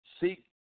Seek